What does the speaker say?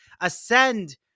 ascend